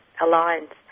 alliance